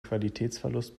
qualitätsverlust